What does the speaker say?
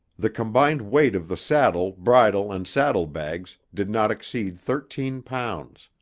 the combined weight of the saddle, bridle and saddle bags did not exceed thirteen pounds.